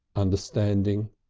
understanding.